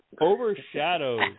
overshadows